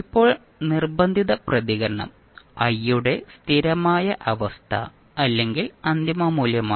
ഇപ്പോൾ നിർബന്ധിത പ്രതികരണം i യുടെ സ്ഥിരമായ അവസ്ഥ അല്ലെങ്കിൽ അന്തിമ മൂല്യമാണ്